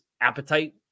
appetite